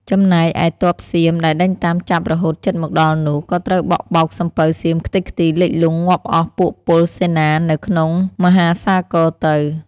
ចំណែកឯទ័ពសៀមដែលដេញតាមចាប់រហូតជិតមកដល់នោះក៏ត្រូវបក់បោកសំពៅសៀមខ្ទេចខ្ចីលិចលង់ងាប់អស់ពួកពលសេនានៅក្នុងមហាសាគរទៅ។